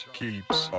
keeps